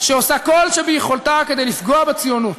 שעושה כל שביכולתה כדי לפגוע בציונות,